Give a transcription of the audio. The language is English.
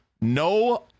No